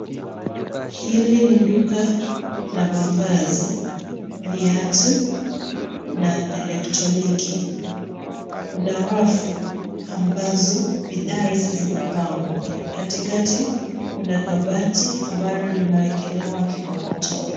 Hili ni duka la mavazi, viatu na elektroniki. Kuna rafu ambazo bidhaa hizi zimepangwa. Katikati kuna kabati ambalo limewekelewa kikokotoo.